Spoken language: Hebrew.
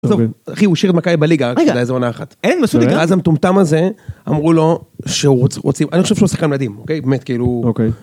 הוא השאיר את מקאיי בליגה לאיזה עונה אחת. אין, בסודיקה. אז המטומטם הזה אמרו לו שרוצים, אני חושב שהוא שחקן מדהים, אוקיי? באמת, כאילו...